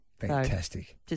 Fantastic